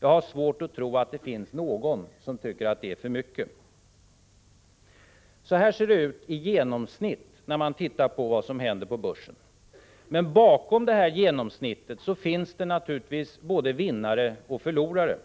Jag har svårt att tro att det finns någon som tycker att det är för mycket. Så här ser det ut i genomsnitt när man tittar på vad som händer på börsen. Bakom genomsnittet finns det naturligtvis både vinnare och förlorare.